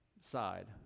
side